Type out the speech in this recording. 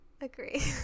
Agree